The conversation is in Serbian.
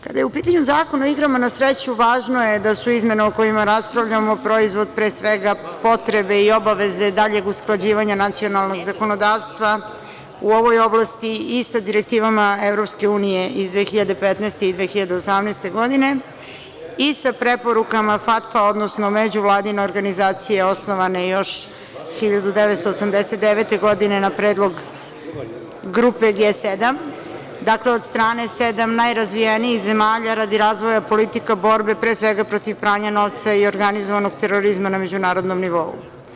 Kada je u pitanju Zakon o igrama na sreću važno je da su izmene o kojima raspravljamo proizvod, pre svega potrebe i obaveze daljeg usklađivanja nacionalnog zakonodavstva u ovoj oblasti i sa direktivama EU iz 2015. i 2018. godine, i sa preporukama FATF-a, odnosno međuvladine organizacije osnovane još 1989. godine, na predlog Grupe G-7, dakle, od strane sedam najrazvijenijih zemalja radi razvoja politika borbe, pre svega, protiv pranja novca i organizovanog terorizma na međunarodnom nivou.